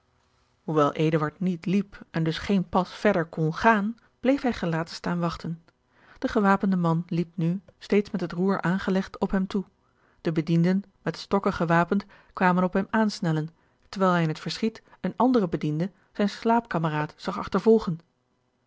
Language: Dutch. eduard niet liep en dus geen pas verder kon gaan bleef hij gelaten staan wachten de gewapende man liep nu steeds met het roer aangelegd op hem toe de bedienden met stokken gewapend kwamen op hem aansnellen terwijl hij in het verschiet een anderen bediende zijn slaapkameraad zag achtervolgen